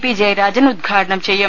P Jayarajan ഉദ്ഘാടനം ചെയ്യും